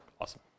Awesome